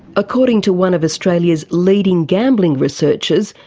according to one of australia's leading gambling researchers,